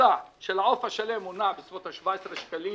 שהממוצע של העוף השלם נע בסביבות ה-17 שקלים